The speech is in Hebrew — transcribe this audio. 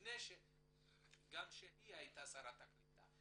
בעת שהיא הייתה שרת הקליטה.